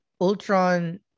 Ultron